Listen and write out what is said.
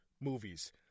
movies